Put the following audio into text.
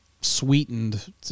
sweetened